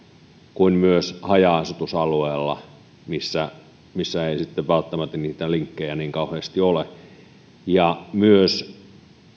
kuin myös haja asutusalueilla missä missä ei sitten välttämättä linkkejä niin kauheasti ole ja myös